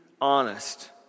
honest